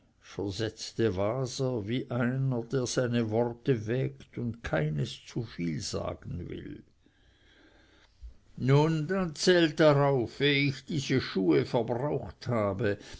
versetzte waser wie einer der seine worte wägt und keines zuviel sagen will nun dann zählt darauf eh ich diese schuhe verbraucht habe